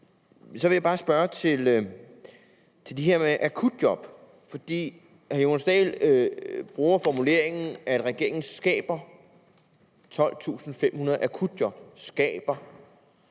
Så vil jeg bare spørge til det her med akutjob. Hr. Jonas Dahl bruger formuleringen, at regeringen skaber 12.500 akutjob. Han